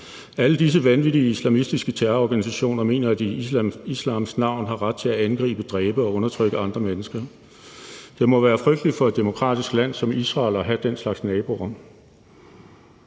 Alle disse vanvittige islamistiske terrororganisationer mener, at de i islams navn har ret til at angribe, dræbe og undertrykke andre mennesker. Det må være frygteligt for et demokratisk land som Israel at have den slags naboer.